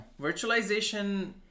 Virtualization